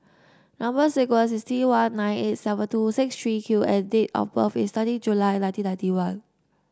number sequence is T one nine eight seven two six thee Q and date of birth is thirty July nineteen ninety one